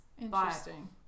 Interesting